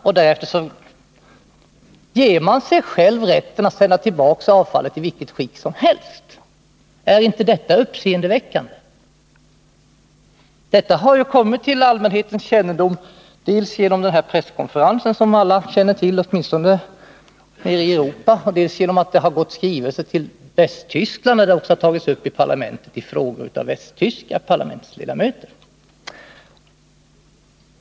Och man ger sig själv rätten att därefter sända tillbaka avfallet i vilket skick som helst. Är inte detta uppseendeväckande? Detta har kommit till allmänhetens kännedom, dels genom den presskonferens som alla känner till, åtminstone nere i Europa, dels genom att det gått skrivelser till Västtyskland, där frågan också har tagits upp i parlamentet av västtyska parlamentsledamöter.